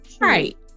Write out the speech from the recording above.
Right